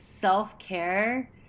self-care